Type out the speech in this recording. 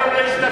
לא השתכנע,